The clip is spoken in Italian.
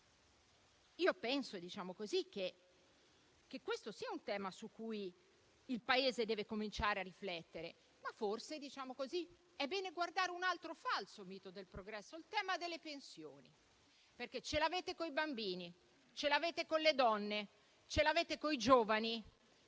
Io penso che questo sia un tema su cui il Paese deve cominciare a riflettere, ma forse è bene guardare un altro falso mito del progresso, il tema delle pensioni. Infatti, ce l'avete coi bambini, con le donne, coi giovani,